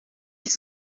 ils